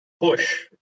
push